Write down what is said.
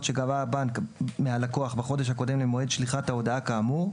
שגבה הבנק מהלקוח בחודש הקודם למועד שליחת ההודעה כאמור,